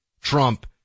Trump